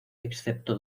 excepto